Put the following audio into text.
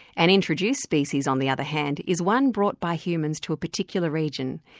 an introduced species, on the other hand, is one brought by humans to a particular region.